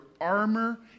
armor